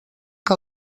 que